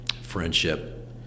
friendship